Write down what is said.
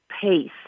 pace